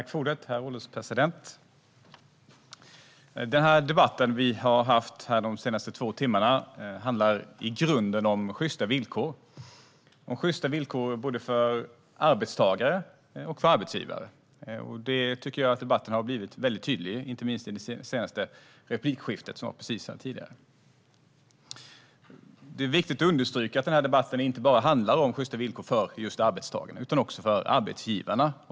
Herr ålderspresident! Den här debatten, som har pågått i snart två timmar, handlar i grunden om sjysta villkor både för arbetstagare och för arbetsgivare. Det har framkommit tydligt i debatten, inte minst i det senaste replikskiftet. Det är viktigt att understryka att den här debatten inte bara handlar om sjysta villkor för just arbetstagarna utan också för arbetsgivarna.